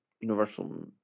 Universal